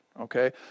okay